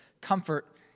comfort